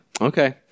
Okay